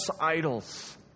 idols